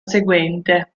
seguente